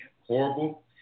horrible